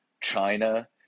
China